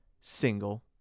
single